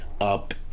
up